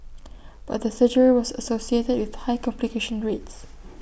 but the surgery was associated with high complication rates